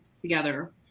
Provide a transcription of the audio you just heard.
together